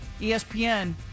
ESPN